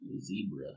zebra